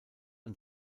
und